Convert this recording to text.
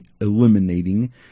eliminating